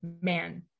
man